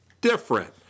different